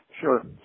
Sure